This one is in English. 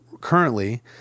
currently